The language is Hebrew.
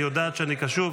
היא יודעת שאני קשוב.